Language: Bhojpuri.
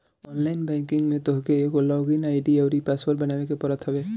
ऑनलाइन बैंकिंग में तोहके एगो लॉग इन आई.डी अउरी पासवर्ड बनावे के पड़त हवे